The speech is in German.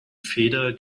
feder